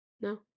No